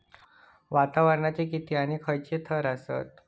वातावरणाचे किती आणि खैयचे थर आसत?